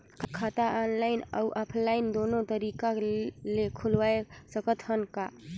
खाता ऑनलाइन अउ ऑफलाइन दुनो तरीका ले खोलवाय सकत हन का?